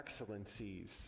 excellencies